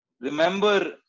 remember